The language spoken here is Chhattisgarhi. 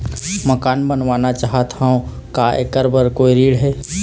मकान बनवाना चाहत हाव, का ऐकर बर कोई ऋण हे?